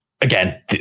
Again